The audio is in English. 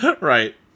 Right